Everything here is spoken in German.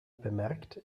bemerkt